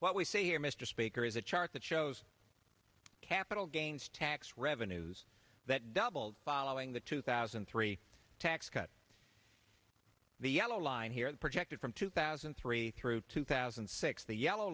what we see here mr speaker is a chart that shows capital gains tax revenues that doubled following the two thousand and three tax cuts the yellow line here the projected from two thousand and three through two thousand and six the yellow